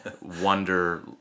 Wonder